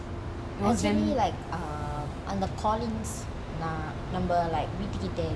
it was very like uh அந்த:antha callings number like வீடு கிட்ட இருக்கும்:veetu kita irukum